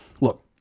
look